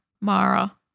Mara